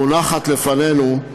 המונחת לפנינו,